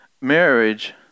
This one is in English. marriage